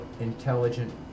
intelligent